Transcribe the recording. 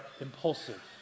impulsive